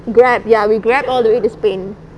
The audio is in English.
grab ya we grab all the way to spain